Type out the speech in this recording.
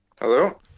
Hello